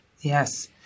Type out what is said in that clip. Yes